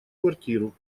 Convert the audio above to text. квартиру